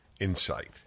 insight